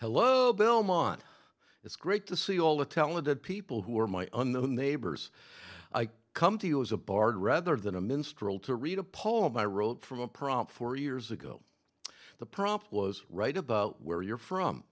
hello belmont it's great to see all the talented people who are my neighbors i come to you as a bard rather than a minstrel to read a poem i wrote from a prompt four years ago the prompt was right about where you're from